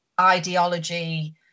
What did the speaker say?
ideology